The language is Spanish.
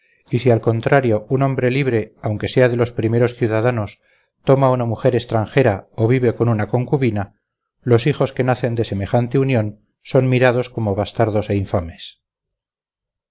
y si al contrario un hombre libre aunque sea de los primeros ciudadanos toma una mujer extranjera o vive con una concubina los hijos que nacen de semejante unión son mirados como bastardos e infames